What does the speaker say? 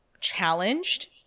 challenged